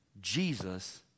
Jesus